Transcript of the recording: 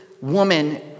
woman